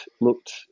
looked